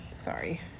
Sorry